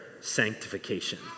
sanctification